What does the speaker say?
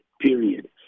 period